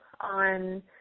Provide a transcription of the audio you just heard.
on